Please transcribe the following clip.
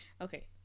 Okay